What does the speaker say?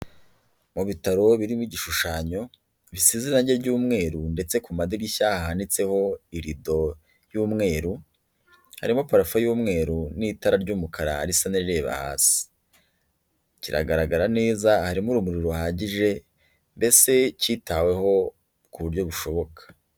Mu bitaro birimo igishushanyo, bisize irange ry'umweru ndetse ku madirishya hahanitseho irido y'umweru, harimo parafo y'umweru n'itara ry'umukara risa n'irireba hasi. Kiragaragara neza, harimo urumuri ruhagije, mbese cyitaweho ku buryo bushoboka.